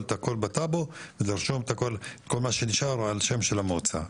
בטאבו ולרשום את כל מה שנשאר על שם המועצה.